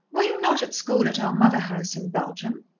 were you not at school at our mother-house in belgium?